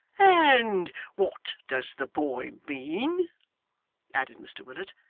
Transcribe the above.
and what does the boy mean added mr willet,